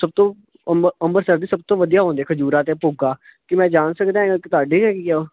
ਸਭ ਤੋਂ ਅੰਬਰ ਅੰਮ੍ਰਿਤਸਰ ਦੀ ਸਭ ਤੋਂ ਵਧੀਆ ਹੁੰਦੀਆਂ ਖਜੂਰਾਂ ਅਤੇ ਭੋਗਾ ਕੀ ਮੈਂ ਜਾਣ ਸਕਦਾ ਕਿ ਤੁਹਾਡੇ ਹੈਗੀ ਆ ਉਹ